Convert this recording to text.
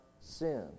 sin